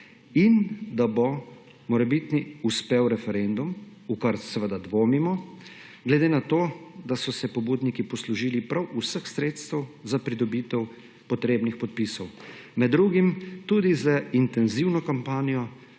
in da bo morebiti uspel referendum, v kar seveda dvomimo, glede na to, da so se pobudniki poslužili prav vseh sredstev za pridobitev potrebnih podpisov, med drugim tudi z intenzivno kampanjo